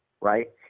right